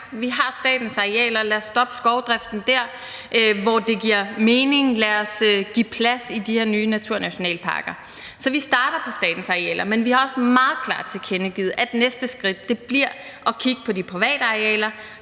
Vi har statens arealer – lad os stoppe skovdriften der, hvor det giver mening; lad os give plads i de her nye naturnationalparker. Så vi starter på statens arealer, men vi har også meget klart tilkendegivet, at næste skridt bliver at kigge på de private arealer,